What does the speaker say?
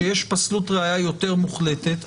שיש פסלות ראיה יותר מוחלטת.